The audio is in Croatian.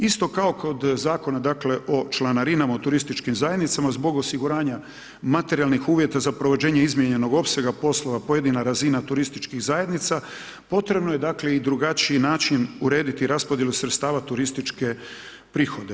Isto kao kod Zakona o članarinama u turističkim zajednicama, zbog osiguranja materijalnih uvjeta za provođenje izmijenjenog opsega poslova, pojedina razina turističkih zajednica, potrebno je dakle i drugačiji način urediti raspodjelu sredstava turističke prihode.